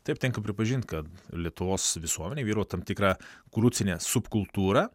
taip tenka pripažint kad lietuvos visuomenėj vyravo tam tikra korupcinė subkultūra